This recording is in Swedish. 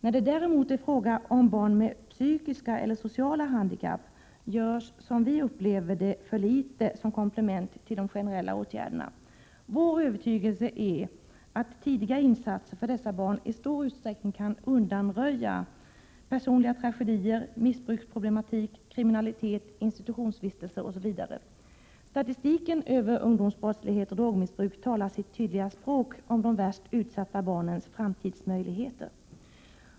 När det däremot är fråga om barn med psykiska eller sociala handikapp görs, som vi upplever det, för litet som komplement till de generella åtgärdena. Vår övertygelse är att tidiga insatser för dessa barn i stor utsträckning kan undanröja personliga tragedier, missbruksproblematik, kriminalitet, institutionsvistelse osv. Statistiken över ungdomsbrottslighet och drogmissbruk talar sitt tydliga språk om de värst utsatta barnens framtidsmöjligheter.